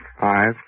Five